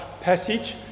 passage